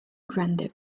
grande